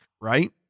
Right